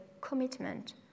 commitment